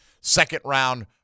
second-round